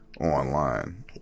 online